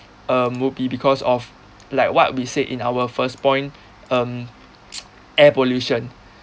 uh would be because of like what we said in our first point um air pollution